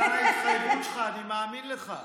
חבר הכנסת מיקי לוי, שעה לרשותך.